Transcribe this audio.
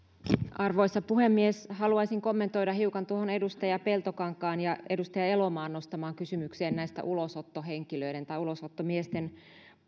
arvoisa puhemies haluaisin kommentoida hiukan tuohon edustaja peltokankaan ja edustaja elomaan nostamaan kysymykseen ulosottohenkilöiden tai ulosottomiesten